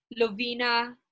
Lovina